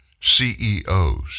CEOs